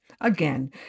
again